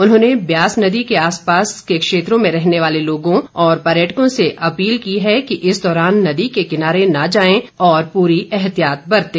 उन्होंने ब्यास नदी के आसपास के क्षेत्रों में रहने वाले लोगों और पर्यटकों से अपील की है कि इस दौरान नद के किनारे न जाएं और पूरी एहतियात बरतें